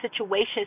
situations